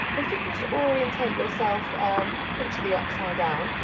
but if you can just orientate yourself into the upside down,